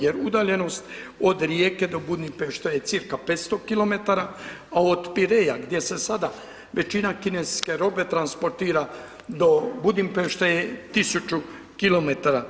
Jer, udaljenost od Rijeke do Budimpešte je cirka 500 km, a od Pireja, gdje se sada većina kineske robe transportira do Budimpešte je 1000 km.